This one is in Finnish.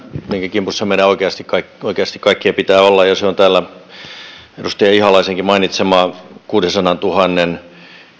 kimpussa oikeasti meidän kaikkien pitää olla ja se on täällä edustaja ihalaisenkin mainitsema kuudensadantuhannen